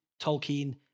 Tolkien